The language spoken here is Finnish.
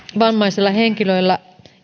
vammaisilla henkilöillä